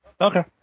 Okay